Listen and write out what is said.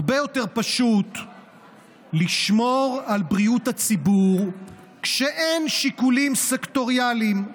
הרבה יותר פשוט לשמור על בריאות הציבור כשאין שיקולים סקטוריאליים,